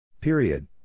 Period